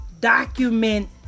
document